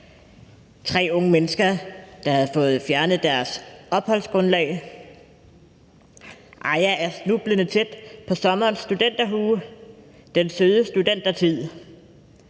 tre unge mennesker, der havde fået fjernet deres opholdsgrundlag. Aya er snublende tæt på sommerens studenterhue, den søde studentertid,